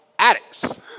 addicts